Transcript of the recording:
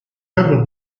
faible